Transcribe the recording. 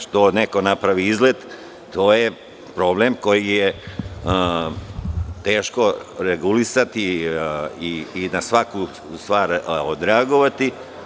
Što neko napravi izlet, to je problem koji je teško regulisati i na svaku stvar odreagovati.